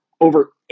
Over